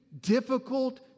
difficult